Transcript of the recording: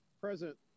present